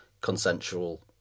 consensual